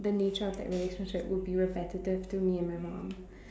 the nature of that relationship would be repetitive to me and my mum